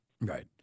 Right